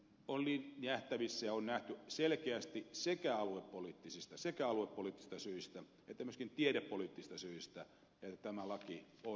oli nähtävissä ja on nähty selkeästi sekä aluepoliittisista syistä että myöskin tiedepoliittisista syistä että tämä laki on huono